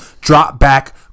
drop-back